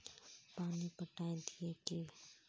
पानी पटाय दिये की?